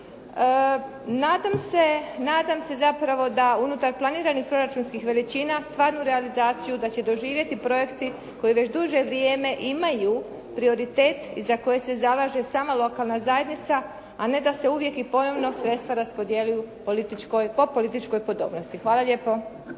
Nadam se zapravo da unutar planiranih proračunskih veličina, stvarnu realizaciju da će doživjeti projekti koji već duže vrijeme imaju prioritet i za koje se zalaže sama lokalna zajednica, a ne da se uvijek i ponovno sredstva raspodjeljuju po političkoj podobnosti. Hvala lijepo.